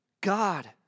God